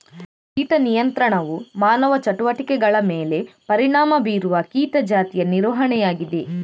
ಕೀಟ ನಿಯಂತ್ರಣವು ಮಾನವ ಚಟುವಟಿಕೆಗಳ ಮೇಲೆ ಪರಿಣಾಮ ಬೀರುವ ಕೀಟ ಜಾತಿಯ ನಿರ್ವಹಣೆಯಾಗಿದೆ